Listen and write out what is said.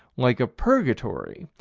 like a purgatory,